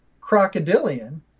crocodilian